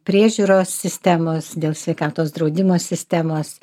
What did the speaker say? priežiūros sistemos dėl sveikatos draudimo sistemos